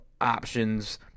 options